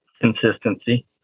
Consistency